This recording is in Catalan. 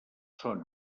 són